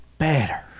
better